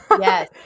Yes